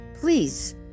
Please